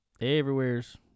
Everywhere's